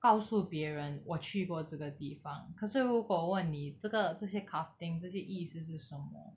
告诉别人我去过这个地方可是如果我问你这个这些 crafting 这些意思是什么